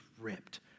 ripped